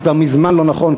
שכבר מזמן לא נכון,